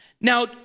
Now